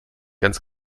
ganz